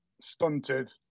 stunted